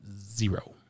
Zero